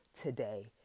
today